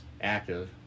Active